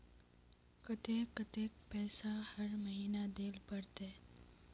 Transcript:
केते कतेक पैसा हर महीना देल पड़ते?